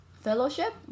fellowship